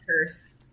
curse